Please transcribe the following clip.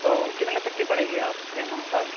تو کتنے تک کی پڑے گی آپ کے یہاں کار